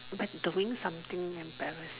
but the doing something embarrass